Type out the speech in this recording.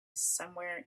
somewhere